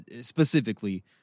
specifically